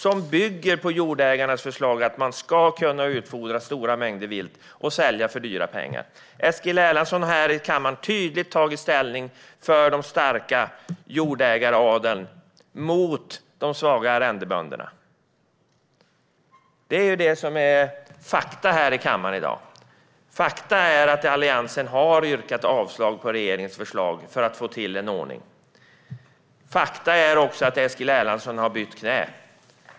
Det bygger på Jordägareförbundets förslag att man ska kunna utfodra stora mängder vilt och sälja för dyra pengar. Eskil Erlandsson har här i kammaren tydligt tagit ställning för den starka jordägaradeln mot de svaga arrendebönderna. Det är det som är fakta i kammaren i dag. Fakta är att Alliansen har yrkat avslag på regeringens förslag om att få till en ordning. Fakta är också att Eskil Erlandsson har bytt knä.